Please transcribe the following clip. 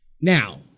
now